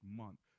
month